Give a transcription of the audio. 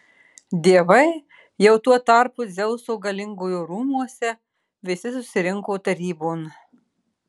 dievai jau tuo tarpu dzeuso galingojo rūmuose visi susirinko tarybon